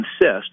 insist